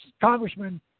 Congressman